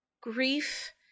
grief